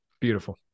Beautiful